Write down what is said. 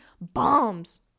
bombs